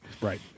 right